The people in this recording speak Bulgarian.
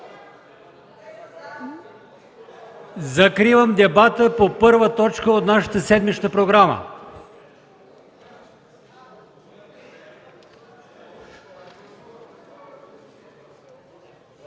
Закривам дебата по първа точка от нашата седмична програма.